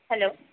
hello